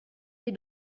they